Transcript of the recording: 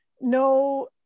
No